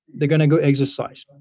they're going to go exercise.